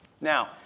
Now